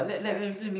ya